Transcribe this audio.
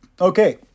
Okay